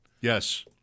Yes